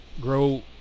grow